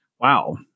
Wow